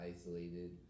isolated